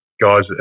guys